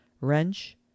wrench